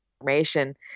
information